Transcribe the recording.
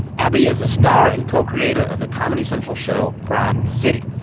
abbi is a star and co-creator of the comedy central show broad city,